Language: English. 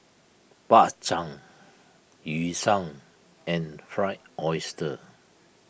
Bak Chang Yu Sheng and Fried Oyster